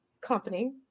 company